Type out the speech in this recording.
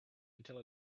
until